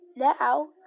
Now